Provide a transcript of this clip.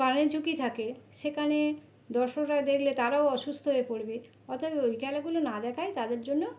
প্রাণের ঝুঁকি থাকে সেকানে দর্শকরা দেখলে তারাও অসুস্থ হয়ে পড়বে অতয়েব ওই খেলাগুলো না দেখাই তাদের জন্য